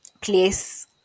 place